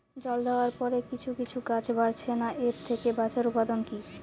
জল দেওয়ার পরে কিছু কিছু গাছ বাড়ছে না এর থেকে বাঁচার উপাদান কী?